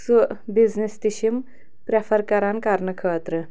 سُہ بِزنِس تہِ چھِ یِم پرٛٮ۪فَر کَران کَرنہٕ خٲطرٕ